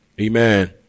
Amen